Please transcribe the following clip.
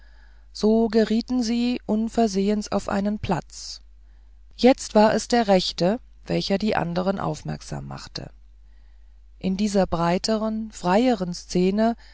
so gerieten sie unversehens auf einen platz jetzt war es der rechts welcher die anderen aufmerksam machte in dieser breiteren freieren szene